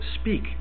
speak